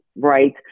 right